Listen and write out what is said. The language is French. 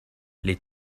les